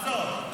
עזוב.